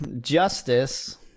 Justice